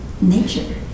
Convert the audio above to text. nature